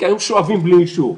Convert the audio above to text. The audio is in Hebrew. כי היום שואבים בלי אישור.